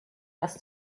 dass